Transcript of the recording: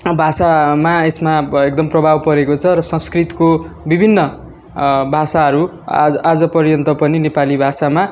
भाषामा यसमा एकदम प्रभाव परेको छ र संस्कृतको विभिन्न भाषाहरू आज आजपर्यन्त पनि नेपाली भाषामा